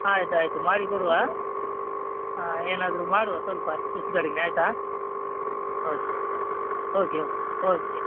ಆಯ್ತು ಆಯಿತು ಮಾಡಿ ಕೊಡುವ ಹಾಂ ಏನಾದರೂ ಮಾಡುವ ಸ್ವಲ್ಪ ಹೆಚ್ಚು ಕಡಿಮೆ ಆಯಿತಾ ಓಕೆ ಓಕೆ ಓಕೆ ಓಕೆ